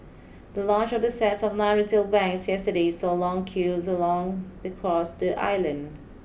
the launch of the sets of nine retail banks yesterday saw long queues along across the island